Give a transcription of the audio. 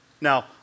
Now